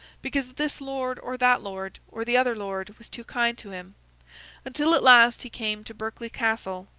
because this lord or that lord, or the other lord, was too kind to him until at last he came to berkeley castle,